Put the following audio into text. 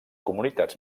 comunitats